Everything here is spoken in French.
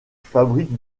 fabrique